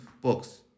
books